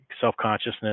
self-consciousness